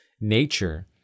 nature